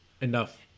enough